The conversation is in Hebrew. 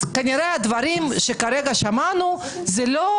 אז כנראה הדברים שכרגע שמענו זה לא